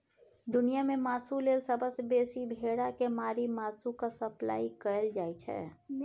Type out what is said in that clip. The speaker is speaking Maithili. दुनियाँ मे मासु लेल सबसँ बेसी भेड़ा केँ मारि मासुक सप्लाई कएल जाइ छै